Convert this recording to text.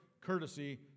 courtesy